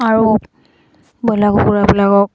আৰু বয়লাৰ কুকুৰাবিলাকক